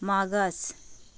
मागास